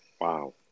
Wow